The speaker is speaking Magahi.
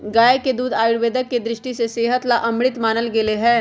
गाय के दूध आयुर्वेद के दृष्टि से सेहत ला अमृत मानल गैले है